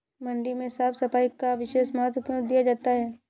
मंडी में साफ सफाई का विशेष महत्व क्यो दिया जाता है?